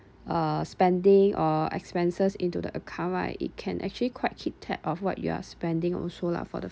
uh spending or expenses into the account right it can actually quite keep track of what you are spending also lah for the